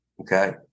Okay